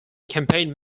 campaign